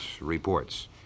reports